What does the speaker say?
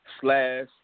Slash